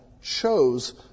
chose